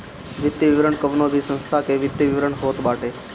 वित्तीय विवरण कवनो भी संस्था के वित्तीय विवरण होत बाटे